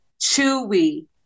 Chewy